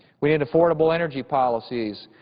we need affordable energy policies,